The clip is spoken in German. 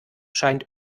scheint